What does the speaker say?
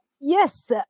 yes